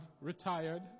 retired